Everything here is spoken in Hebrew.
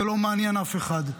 זה לא מעניין אף אחד.